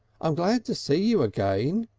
am glad to see you again,